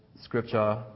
scripture